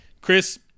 Chris